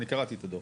אני קראתי את הדוח.